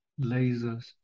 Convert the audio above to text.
lasers